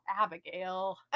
Abigail